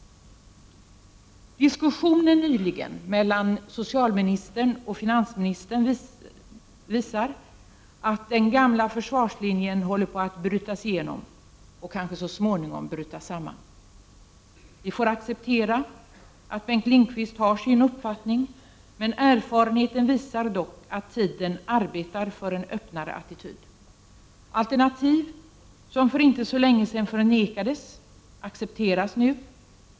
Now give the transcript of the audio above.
Den nyligen förda diskussionen mellan socialministern och finansministern visar att den gamla försvarslinjen håller på att brytas igenom och kanske så småningom också bryta samman. Vi får acceptera att Bengt Lindqvist har sin uppfattning, men erfarenheten visar dock att tiden arbetar för en öppnare attityd. Alternativ som för inte så länge sedan förnekades accepteras nu.